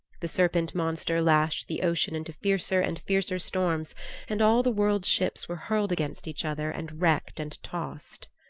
the serpent monster lashed the ocean into fiercer and fiercer storms and all the world's ships were hurled against each other and wrecked and tossed.